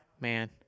Man